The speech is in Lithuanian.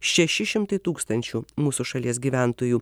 šeši šimtai tūkstančių mūsų šalies gyventojų